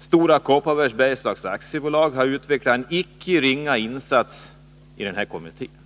Stora Kopparbergs Bergslags AB har utvecklat en icke ringa insats i den kommittén.